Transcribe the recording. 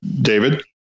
david